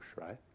right